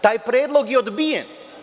Taj predlog je odbijen.